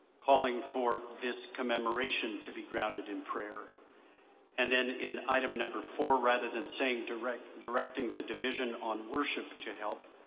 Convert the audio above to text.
calling for this commemoration to be grounded in prayer and then in item number four, rather than saying directing directing the division on worship to help,